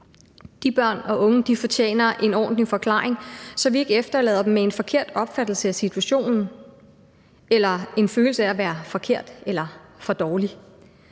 De børn og unge fortjener en ordentlig forklaring, så vi ikke efterlader dem med en forkert opfattelse af situationen eller med en følelse af at være forkert eller for dårlig.